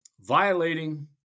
Violating